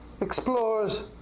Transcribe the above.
explores